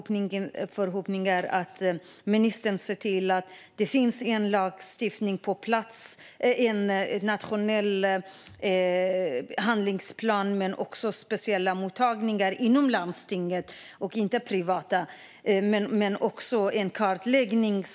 Min förhoppning är att ministern ser till att det finns en nationell handlingsplan men också speciella mottagningar inom landstinget och inte privata. Det ska också finnas en kartläggning.